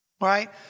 Right